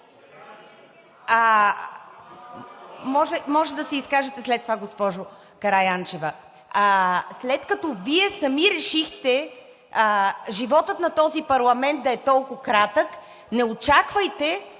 Може да се изкажете след това, госпожо Караянчева. След като Вие сами решихте животът на този парламент да е толкова кратък, не очаквайте